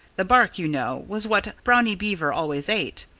the bark, you know, was what brownie beaver always ate.